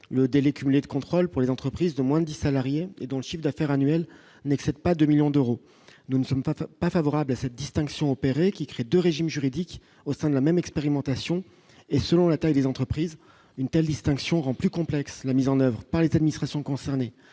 le délai cumulé de contrôle pour les entreprises de moins de salariés et dont le chiffre d'affaires annuel n'excède pas 2 millions d'euros, nous ne sommes pas fait pas favorable à cette distinction opérée qui crée de régime juridique au sein de la même expérimentation et selon la taille des entreprises une telle distinction rend plus complexe la mise en oeuvre par les administrations concernées